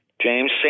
James